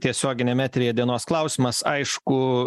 tiesioginiam eteryje dienos klausimas aišku